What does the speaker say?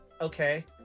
Okay